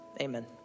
amen